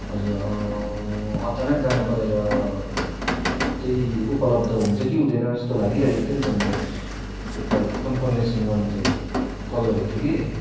हजुर अचानक जानु परेर त्यही उपलब्ध हुन्छ कि हुँदैन जस्तो लागिरहेको थियो नि त अन्त एकताल कन्फर्मेसन गर्नुको लागि कल गरेको थिएँ कि